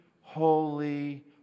holy